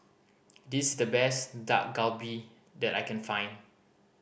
this's the best Dak Galbi that I can find